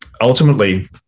Ultimately